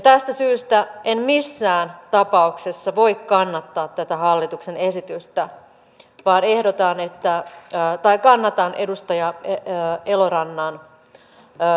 tästä syystä en missään tapauksessa voi kannattaa tätä hallituksen esitystä vaan kannatan edustaja ei elorannalle ja